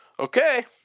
Okay